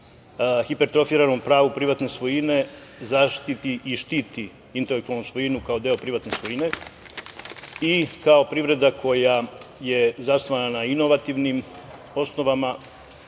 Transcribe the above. hipertrofiranom pravu privatne svojine, zaštiti i štiti intelektualnu svojinu kao deo privatne svojine i kao privreda koja je zasnovana na inovativnim osnovama,